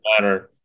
matter